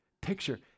picture